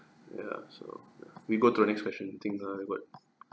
ya so we go to the next question things err what